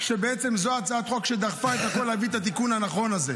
שבעצם זו הצעת החוק שדחפה את הכול להביא את התיקון הנכון הזה.